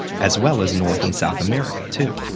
as well as north and south america, too.